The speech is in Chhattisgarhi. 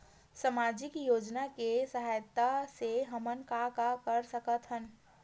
सामजिक योजना के सहायता से हमन का का कर सकत हन?